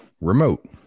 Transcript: remote